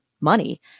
Money